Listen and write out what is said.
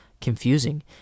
confusing